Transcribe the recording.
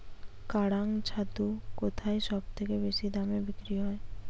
কাড়াং ছাতু কোথায় সবথেকে বেশি দামে বিক্রি হয়?